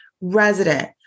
resident